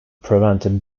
prevented